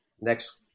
next